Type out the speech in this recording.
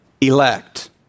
Elect